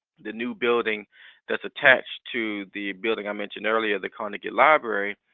the new building that's attached to the building i mentioned earlier, the carnegie library,